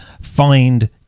find